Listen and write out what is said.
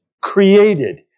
created